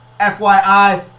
FYI